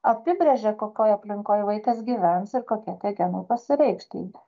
apibrėžia kokioj aplinkoj vaikas gyvens ir kokie tie genai pasireikš tai